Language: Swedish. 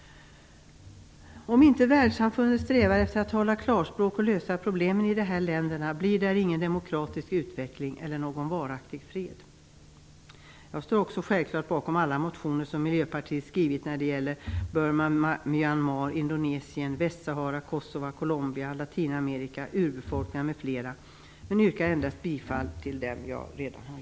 Om inte världssamfundet strävar efter att tala klarspråk och lösa problemen i de här länderna blir där ingen demokratisk utveckling eller varaktig fred. Jag står självklart bakom alla motioner som Miljöpartiet har skrivit när det gäller Burma-Myanmar, Indonesien, Västsahara, Kosova, Colombia, Latinamerika, urbefolkningar m.m., men jag yrkar endast bifall i enlighet med vad jag tidigare sagt.